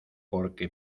porque